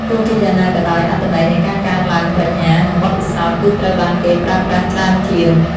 ទោះជាយ៉ាងណាក៏ដោយ អត្ថន័យនៃការកើនឡើងប្រាជ្ញា និងបទពិសោធន៍ គឺត្រូវបានគេប្រើប្រាស់ច្រើនជាង។